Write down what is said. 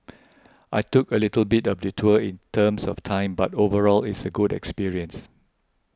I took a little bit of detour in terms of time but overall it's a good experience